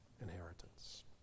inheritance